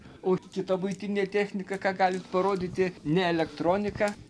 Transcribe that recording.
o kita buitinė technika ką galit parodyti ne elektronika